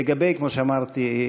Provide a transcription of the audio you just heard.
לגבי, כמו שאמרתי,